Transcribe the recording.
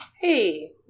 Hey